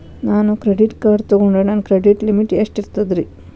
ನಾನು credit card ತೊಗೊಂಡ್ರ ನನ್ನ ಕ್ರೆಡಿಟ್ ಲಿಮಿಟ್ ಎಷ್ಟ ಇರ್ತದ್ರಿ?